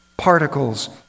particles